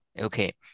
okay